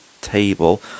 table